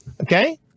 Okay